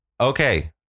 Okay